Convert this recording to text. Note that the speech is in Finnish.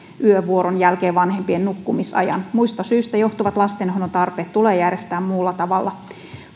yövuoron jälkeen vanhempien nukkumisajan muista syistä johtuvat lastenhoidon tarpeet tulee järjestää muulla tavalla